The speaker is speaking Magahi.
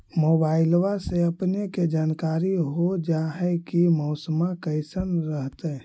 मोबाईलबा से अपने के जानकारी हो जा है की मौसमा कैसन रहतय?